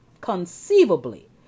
conceivably